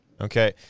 Okay